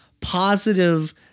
positive